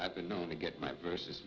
i've been known to get my vers